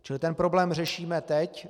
Čili ten problém řešíme teď.